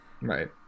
Right